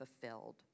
fulfilled